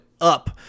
up